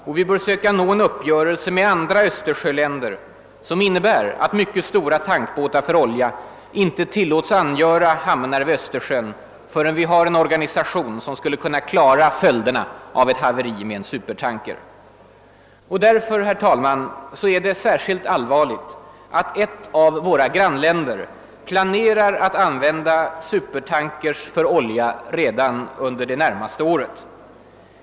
Och vi bör söka nå en uppgörelse med andra Östersjöländer som innebär att mycket stora tankbåtar för olja inte tillåts angöra hamnar vid Östersjön förrän vi har en organisation som skulle kunna klara följderna av ett haveri med en supertanker. Mot denna bakgrund är det särskilt allvarligt att ett av våra grannländer planerar att använda supertankers för olja redan under det närmaste året.